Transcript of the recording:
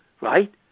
right